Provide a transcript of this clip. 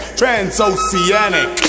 transoceanic